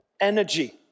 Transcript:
energy